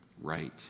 right